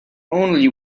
only